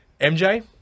MJ